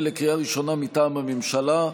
לקריאה ראשונה, מטעם הממשלה: